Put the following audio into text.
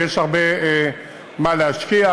ויש הרבה מה להשקיע.